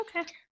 Okay